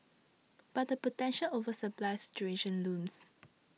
but a potential oversupply situation looms